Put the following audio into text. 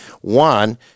One